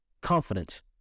Confident